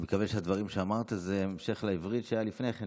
אני מקווה שהדברים שאמרת הם המשך לעברית שהייתה לפני כן,